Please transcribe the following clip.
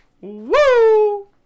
Woo